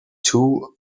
two